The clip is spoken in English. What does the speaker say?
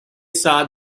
saw